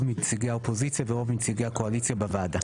מנציגי האופוזיציה ורוב מנציגי הקואליציה בוועדה'.